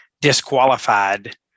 disqualified